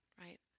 right